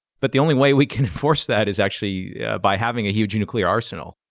but the only way we can enforce that is actually by having a huge nuclear arsenal.